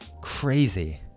crazy